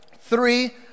three